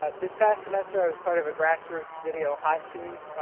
but this past semester i was part of grassroots video hot team.